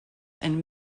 and